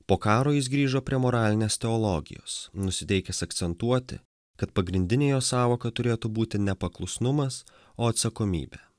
po karo jis grįžo prie moralinės teologijos nusiteikęs akcentuoti kad pagrindinė jo sąvoka turėtų būti nepaklusnumas o atsakomybė